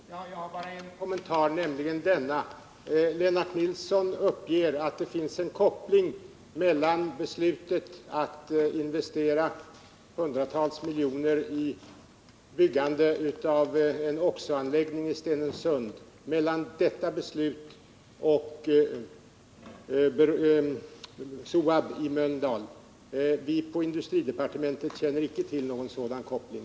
Herr talman! Jag har bara en kommentar, nämligen denna: Lennart Nilsson uppger att det finns en koppling mellan beslutet att investera hundratals miljoner i byggandet av en oxo-anläggning i Stenungsund och SOAB i Mölndal. Vi på industridepartementet känner inte till någon sådan koppling.